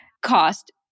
cost